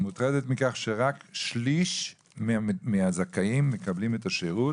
מוטרדת מכך שרק שליש מהזכאים מקבלים את השירות,